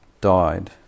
died